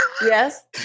yes